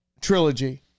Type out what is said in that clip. trilogy